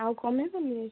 ଆଉ କମିବ ନାହିଁ ରେଟ୍